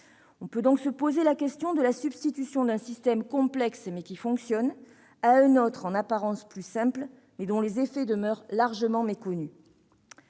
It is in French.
On peut donc se poser la question du remplacement d'un système complexe, mais qui fonctionne, par un autre, en apparence plus simple, mais dont les effets demeurent largement méconnus.